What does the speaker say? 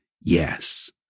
yes